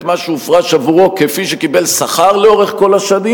מה שהופרש עבורו כפי שקיבל שכר לאורך כל השנים.